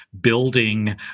building